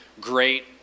great